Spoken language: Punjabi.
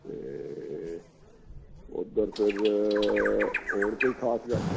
ਅਤੇ ਉੱਧਰ ਫਿਰ ਹੋਰ ਕੋਈ ਖਾਸ ਗੱਲ